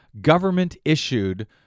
government-issued